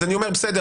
אז אני אומר בסדר,